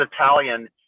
Italian